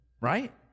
right